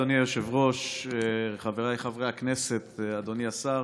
אדוני היושב-ראש, חבריי חברי הכנסת, אדוני השר,